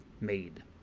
made